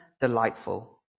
delightful